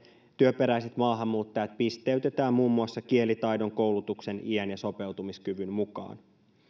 työperäiset maahanmuuttajat pisteytetään muun muassa kielitaidon koulutuksen iän ja sopeutumiskyvyn mukaan